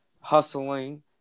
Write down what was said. hustling